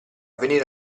venire